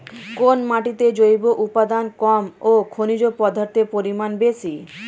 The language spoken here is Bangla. কোন মাটিতে জৈব উপাদান কম ও খনিজ পদার্থের পরিমাণ বেশি?